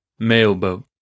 Mailboat